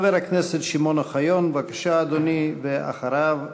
חבר הכנסת שמעון אוחיון, בבקשה, אדוני, ואחריו,